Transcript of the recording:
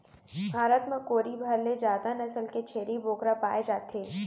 भारत म कोरी भर ले जादा नसल के छेरी बोकरा पाए जाथे